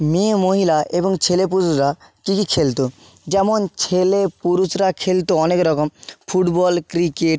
মেয়ে মহিলা এবং ছেলে পুরুষরা কী কী খেলত যেমন ছেলে পুরুষরা খেলত অনেক রকম ফুটবল ক্রিকেট